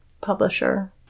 publisher